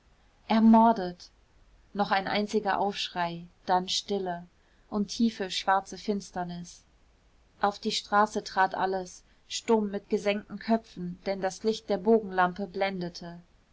ermordet noch ein einziger aufschrei dann stille und tiefe schwarze finsternis auf die straße trat alles stumm mit gesenkten köpfen denn das licht der bogenlampen blendete